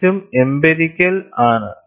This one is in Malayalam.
തികച്ചും എംപിരിക്കൽ ആണ്